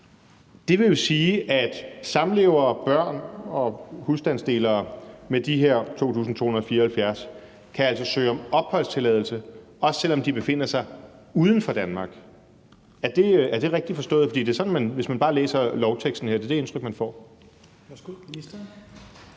Det vil jo sige, at samlevere, børn og husstandsdelere med de her 2.274 altså kan søge om opholdstilladelse, også selv om de befinder sig uden for Danmark. Er det rigtigt forstået? Bliver det sådan? For hvis man bare læser lovteksten her, er det det indtryk, man får.